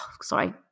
sorry